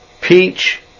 peach